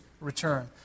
return